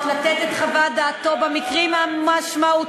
לתת את חוות דעתו במקרים המשמעותיים,